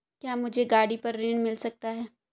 क्या मुझे गाड़ी पर ऋण मिल सकता है?